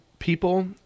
People